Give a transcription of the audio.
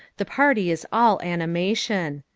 the party is all animation.